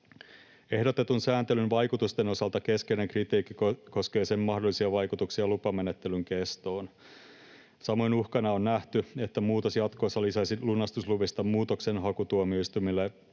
Ehdotetun sääntelyn vaikutusten osalta keskeinen kritiikki koskee sen mahdollisia vaikutuksia lupamenettelyn kestoon. Samoin uhkana on nähty, että muutos jatkossa lisäisi lunastusluvista muutoksenhakutuomioistuimille